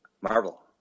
Marvel